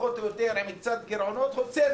פחות או יותר, עם קצת גירעונות, הוצאנו.